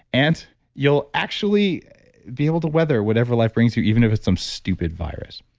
and you'll actually be able to weather whatever life brings you, even if it's some stupid virus.